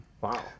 Wow